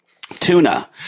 Tuna